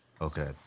Okay